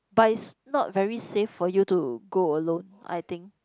but it's not very safe for you to go alone I think